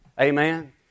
Amen